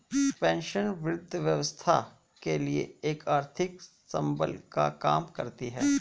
pension वृद्धावस्था के लिए एक आर्थिक संबल का काम करती है